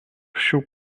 šių